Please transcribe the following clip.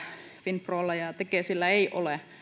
finprolla ja ja tekesillä ei ole